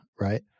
right